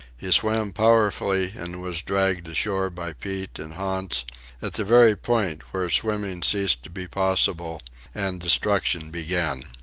he swam powerfully and was dragged ashore by pete and hans at the very point where swimming ceased to be possible and destruction began.